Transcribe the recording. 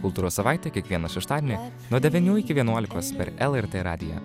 kultūros savaitė kiekvieną šeštadienį nuo devynių iki vienuolikos per lrt radiją